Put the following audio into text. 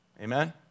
Amen